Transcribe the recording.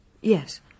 Yes